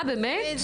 אה, באמת?